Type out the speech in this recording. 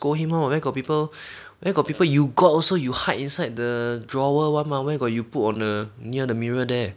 scold him lor where got people where got people you got also you hide inside the drawer one mah where got you put on or near the mirror there